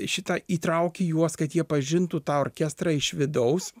šitą įtrauki juos kad jie pažintų tą orkestrą iš vidaus